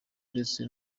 ndetse